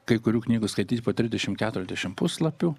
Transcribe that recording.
kai kurių knygų skaityt po trisdešimt keturiasdešimt puslapių